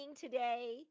today